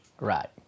Right